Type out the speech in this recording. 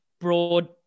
broad